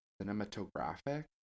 cinematographic